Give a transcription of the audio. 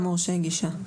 מורשי גישה.